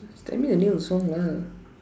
tell me the name of the song lah